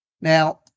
Now